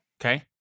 Okay